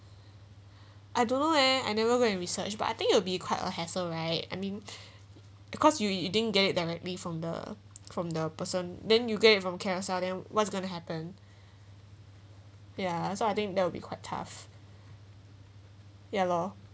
I don't know leh I never go and research but I think it'll be quite a hassle right I mean because you you didn't get it directly from the from the person then you get it from carousell then what's going to happen ya so I think that will be quite tough ya lor